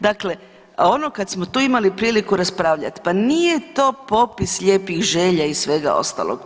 Dakle, ono kad smo tu imali priliku raspravljat, pa nije to popis lijepih želja i svega ostalog.